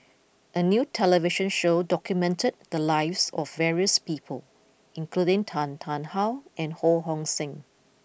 a new television show documented the lives of various people including Tan Tarn How and Ho Hong Sing